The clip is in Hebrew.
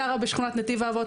גרה בשכונת נתיב האבות,